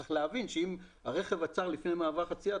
צריך להבין שאם הרכב עצר לפני מעבר חציה,